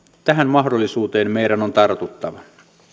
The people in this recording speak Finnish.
tähän mahdollisuuteen meidän on tartuttava